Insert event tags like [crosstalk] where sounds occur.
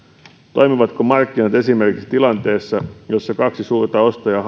toimivatko markkinat esimerkiksi tilanteessa jossa kaksi suurta ostajaa [unintelligible]